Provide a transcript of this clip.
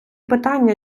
питання